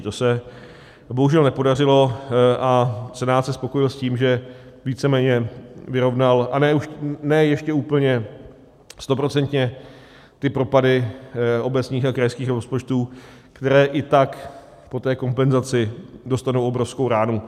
To se bohužel nepodařilo a Senát se spokojil s tím, že víceméně vyrovnal, a ne ještě úplně stoprocentně, ty propady obecních a krajských rozpočtů, které i tak po té kompenzaci dostanou obrovskou ránu.